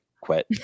quit